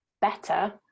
better